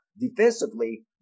Defensively